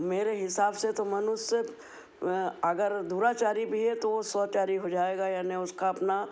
मेरे हिसाब से तो मनुष्य अगर दुराचारी भी है तो वो स्वचारी हो जाएगा यानी उसका अपना